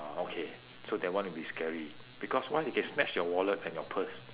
oh okay so that would one would be scary because why they can snatch your wallet and your purse